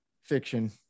fiction